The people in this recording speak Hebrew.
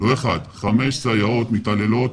לא אחת אלא חמש סייעות מתעללות